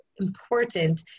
important